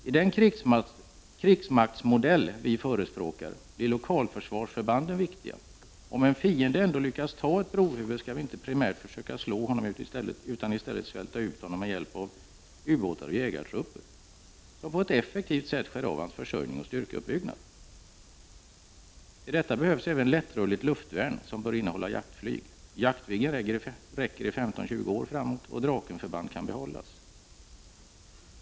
I den krigsmaktsmodell som vi förespråkar blir lokalförsvarsförbanden viktiga. Om en fiende ändå lyckas ta ett brohuvud, skall vi inte primärt försöka slå honom utan i stället svälta ut honom med hjälp av ubåtar och jägartrupper, som på ett effektivt sätt skär av hans försörjning och styrkeuppbyggnad. Till detta behövs även lättrörligt luftvärn som bör innehålla jaktflyg. Jaktviggen räcker i 15-20 år framåt, och Drakenförband kan behållas.